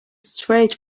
straight